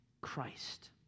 Christ